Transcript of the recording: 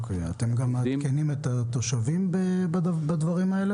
אתם מעדכנים את התושבים בזה?